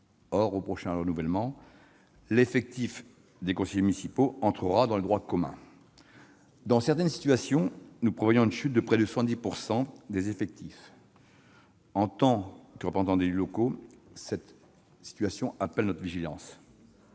Or, au prochain renouvellement, l'effectif des conseillers municipaux entrera dans le droit commun. Dans certaines situations, nous prévoyons une chute de près de 70 % des effectifs. En tant que représentants des élus locaux, cette situation appelle notre vigilance.